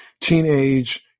teenage